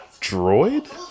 droid